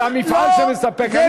זה המפעל שמספק.